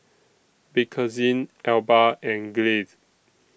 Bakerzin Alba and Glade